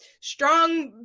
strong